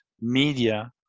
media